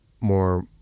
more